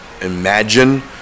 imagine